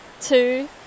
two